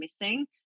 missing